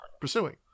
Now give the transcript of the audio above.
pursuing